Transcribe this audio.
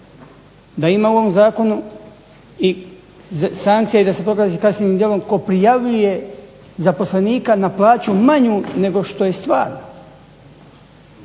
da ima u ovom zakonu i sankcija i da se pokaže kaznenim djelom tko prijavljuje zaposlenika na plaću manju nego što je sva,